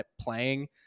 playing